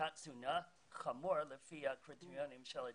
מתת-תזונה חמורה לפי הקריטריונים של ה-WHO,